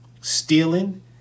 stealing